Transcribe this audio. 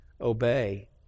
obey